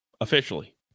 officially